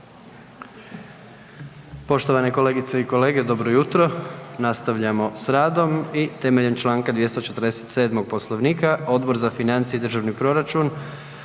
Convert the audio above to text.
Poštovane kolegice i kolege, dobro jutro. Nastavljamo s radom i temeljem čl. 247. Poslovnika, Odbor za financije i državni proračun